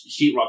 sheetrock